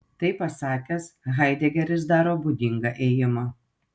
tai pasakęs haidegeris daro būdingą ėjimą